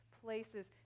places